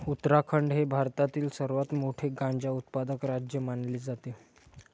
उत्तराखंड हे भारतातील सर्वात मोठे गांजा उत्पादक राज्य मानले जाते